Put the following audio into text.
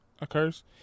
occurs